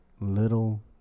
Little